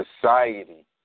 society